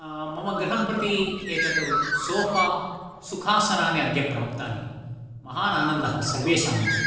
मम गृहं प्रति एतत् सोफ़ा सुखासनानि अद्य प्राप्तानि महान् आनन्दः सर्वेषाम् अपि